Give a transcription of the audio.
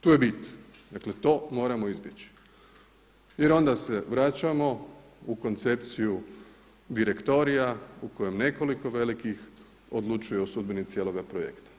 Tu je bit, dakle to moramo izbjeći jer onda se vraćamo u koncepciju direktorija u kojem nekoliko velikih odlučuje o sudbini cijeloga projekta.